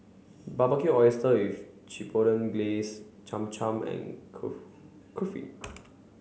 Barbecue Oysters with Chipotle Glaze Cham Cham and Kulfi Kulfi